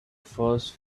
first